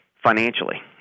financially